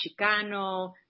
Chicano